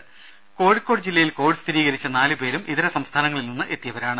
രുമ കോഴിക്കോട് ജില്ലയിൽ കോവിഡ് സ്ഥിരീകരിച്ച നാല് പേരും ഇതര സംസ്ഥാനങ്ങളിൽ നിന്ന് എത്തിയവരാണ്